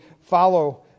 follow